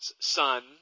son